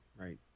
Right